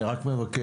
אני רק מבקש,